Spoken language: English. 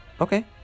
Okay